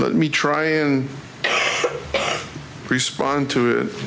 let me try and respond to